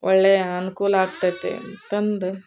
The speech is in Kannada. ಒಳ್ಳೆಯ ಅನುಕೂಲಾಗ್ತೈತಿ ಅಂತಂದು